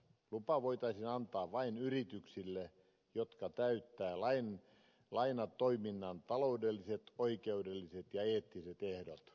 lupa voitaisiin antaa vain yrityksille jotka täyttävät lainatoiminnan taloudelliset oikeudelliset ja eettiset ehdot